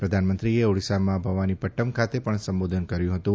પ્રધાનમંત્રીએ ઓડીશામાં ભવાનીપટનમ ખાતે પણ સંબોધન કર્યું ફતું